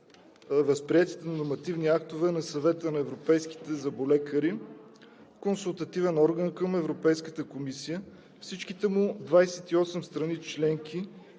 възприетите нормативни актове на Съвета на европейските зъболекари, консултативен орган към Европейската комисия, всичките му 28 страни членки